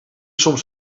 soms